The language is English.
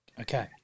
Okay